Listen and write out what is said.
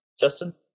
Justin